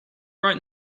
right